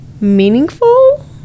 meaningful